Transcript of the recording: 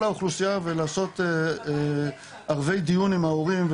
האוכלוסייה ולעשות ערבי דיון עם ההורים,